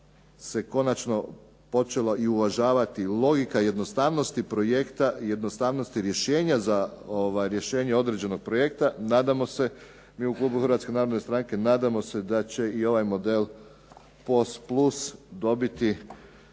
se konačno počela i uvažavati logika jednostavnosti projekta, jednostavnosti rješenja za rješenje određenog projekta. Nadamo se mi u klubu Hrvatske narodne stranke da će i ovaj model POS plus biti